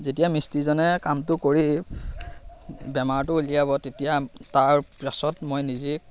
যেতিয়া মিস্ত্ৰীজনে কামটো কৰি বেমাৰটো উলিয়াব তেতিয়া তাৰপাছত মই নিজে